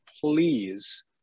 please